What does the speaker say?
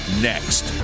Next